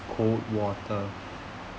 cold water